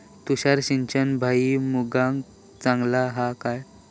तुषार सिंचन भुईमुगाक चांगला हा काय?